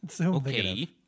okay